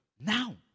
Now